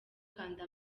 kanda